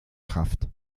kraft